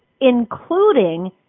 including